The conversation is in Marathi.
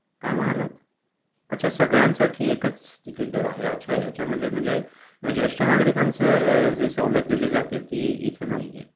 काय म्हणालात अच्छा सगळ्यांसाठी एकच तिकिट दर आहे अच्छा याच्या म्हणजे म्हणजे ज्येष्ठ नागरिकांचं जे सवलत दिली जाते ती इथे नाही आहे